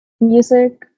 music